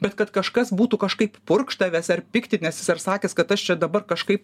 bet kad kažkas būtų kažkaip purkštavęs ar piktinęsis ar sakęs kad aš čia dabar kažkaip